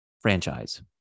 franchise